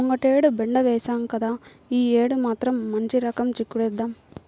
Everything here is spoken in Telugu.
ముంగటేడు బెండ ఏశాం గదా, యీ యేడు మాత్రం మంచి రకం చిక్కుడేద్దాం